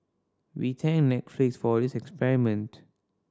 we thank Netflix for this experiment